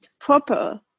proper